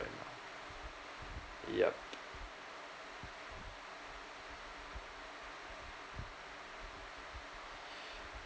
yup